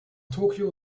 tokyo